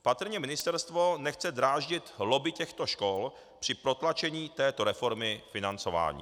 Patrně ministerstvo nechce dráždit lobby těchto škol při protlačení této reformy financování.